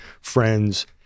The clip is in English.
friends